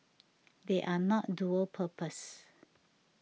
they are not dual purpose